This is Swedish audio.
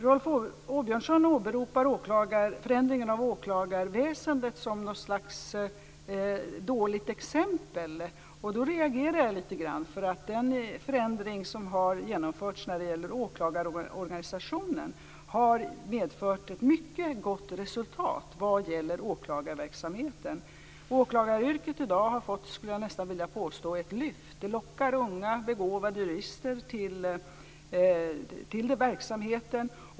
Rolf Åbjörnsson åberopar förändringen av åklagarväsendet som något slags dåligt exempel. Då reagerar jag lite grann, för den förändring som genomförts vad gäller åklagarorganisationen har medfört ett mycket gott resultat vad gäller verksamheten. Åklagaryrket i dag har fått, skulle jag nästan vilja påstå, ett lyft. Det lockar unga begåvade jurister till den verksamheten.